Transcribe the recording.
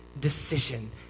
decision